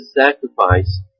sacrifice